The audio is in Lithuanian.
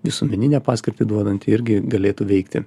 visuomeninę paskirtį duodanti irgi galėtų veikti